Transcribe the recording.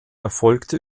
erfolgte